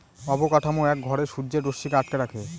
অবকাঠামো এক ঘরে সূর্যের রশ্মিকে আটকে রাখে